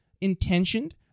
intentioned